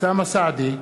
אוסאמה סעדי,